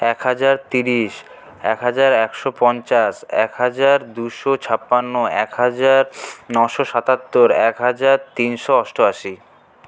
এক হাজার তিরিশ এক হাজার একশো পঞ্চাশ এক হাজার দুশো ছাপ্পান্ন এক হাজার নশো সাতাত্তর এক হাজার তিনশো অষ্টআশি